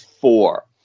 four